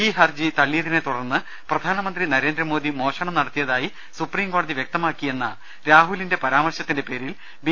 ഈ ഹർജി തള്ളിയതിനെത്തുടർന്ന് പ്രധാനമന്ത്രി നരേ ന്ദ്രമോദി മോഷണം നടത്തിയതായി സുപ്രീംകോടതി വൃക്തമാക്കിയെന്ന രാഹുലിന്റെ പരാമർശത്തിന്റെ പേരിൽ ബി